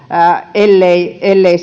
ellei ellei